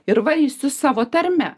ir varysiu savo tarme